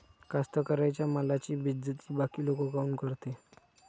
कास्तकाराइच्या मालाची बेइज्जती बाकी लोक काऊन करते?